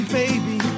baby